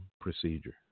procedure